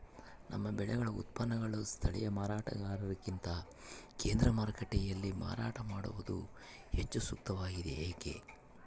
ನಮ್ಮ ಬೆಳೆಗಳ ಉತ್ಪನ್ನಗಳನ್ನು ಸ್ಥಳೇಯ ಮಾರಾಟಗಾರರಿಗಿಂತ ಕೇಂದ್ರ ಮಾರುಕಟ್ಟೆಯಲ್ಲಿ ಮಾರಾಟ ಮಾಡುವುದು ಹೆಚ್ಚು ಸೂಕ್ತವಾಗಿದೆ, ಏಕೆ?